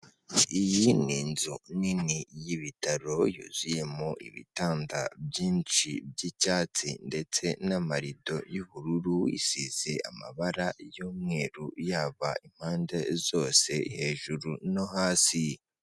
Iyi ni inzu nini y'ibitaro yuzuyemo ibitanda byinshi by'icyatsi ndetse n'amarido y'ubururu, isize amabara y'umweru yaba impande zose hejuru no hasi.